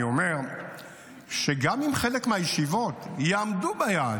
אני אומר שגם אם חלק מהישיבות יעמדו ביעד,